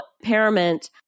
impairment